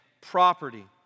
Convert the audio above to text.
property